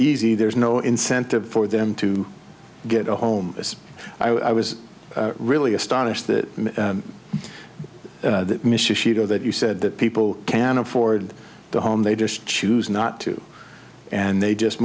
easy there's no incentive for them to get a home as i was really astonished that mr shooter that you said that people can afford the home they just choose not to and they just